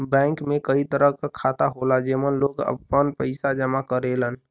bank में कई तरह क खाता होला जेमन लोग आपन पइसा जमा करेलन